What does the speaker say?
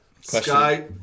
Sky